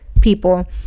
people